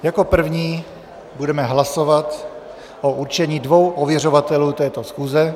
Jako první budeme hlasovat o určení dvou ověřovatelů této schůze.